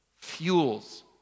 fuels